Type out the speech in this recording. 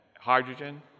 hydrogen